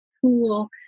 cool